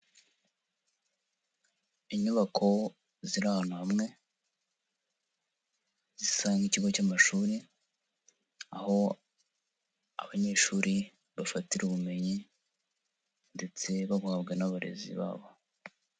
Inyubako ziri ahantu hamwe zisa nk'ikigo cy'amashuri, aho abanyeshuri bafatira ubumenyi ndetse babuhabwa n'abarezi babo.